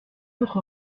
votre